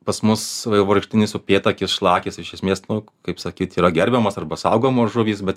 pas mus vaivorykštinis upėtakis šlakis iš esmės nu kaip sakyt yra gerbiamos arba saugomos žuvys bet